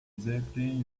disabling